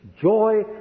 joy